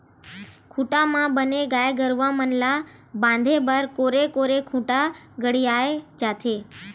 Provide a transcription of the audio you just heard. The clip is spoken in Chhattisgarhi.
कोठा म बने गाय गरुवा मन ल बांधे बर कोरे कोर खूंटा गड़ियाये जाथे